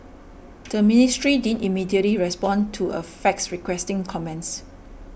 the ministry didn't immediately respond to a fax requesting comments